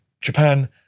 Japan